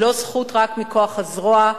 היא לא זכות רק מכוח הזרוע,